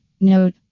Note